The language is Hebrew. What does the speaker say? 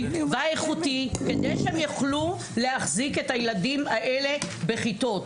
והאיכותי כדי שהם יוכלו להחזיק את הילדים האלה בכיתות.